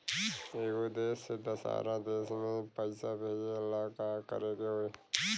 एगो देश से दशहरा देश मे पैसा भेजे ला का करेके होई?